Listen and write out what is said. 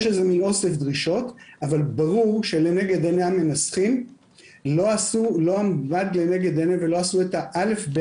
יש אוסף דרישות אבל ברור שהמנסחים לא עשו את האל"ף-בי"ת,